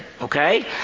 Okay